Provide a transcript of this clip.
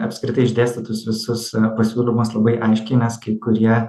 apskritai išdėstytus visus pasiūlymus labai aiškiai nes kai kurie